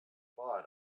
but